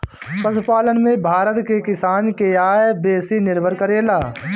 पशुपालन पे भारत के किसान के आय बेसी निर्भर करेला